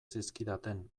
zizkidaten